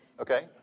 Okay